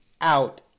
out